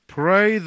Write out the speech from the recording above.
pray